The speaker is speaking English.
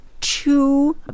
two